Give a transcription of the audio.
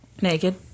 Naked